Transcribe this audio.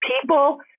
People –